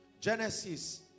Genesis